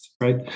right